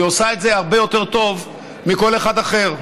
והיא עושה את זה הרבה יותר טוב מכל אחד אחר.